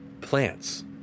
plants